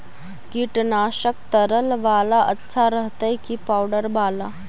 कीटनाशक तरल बाला अच्छा रहतै कि पाउडर बाला?